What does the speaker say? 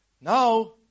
Now